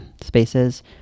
spaces